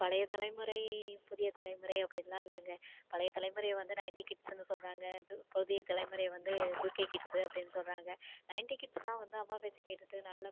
பழையத்தலைமுறை புதியத்தலைமுறை அப்படிலாம் இல்லைங்க பழையத்தலைமுறையை வந்து நைன்டி கிட்ஸ்ன்னு சொல்கிறாங்க புதியத்தலைமுறையை வந்து டூகே கிட்ஸு அப்படின்னு சொல்கிறாங்க நைன்டி கிட்ஸ்லாம் வந்து அம்மா பேச்சை கேட்டுட்டு நல்ல